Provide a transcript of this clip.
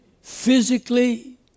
physically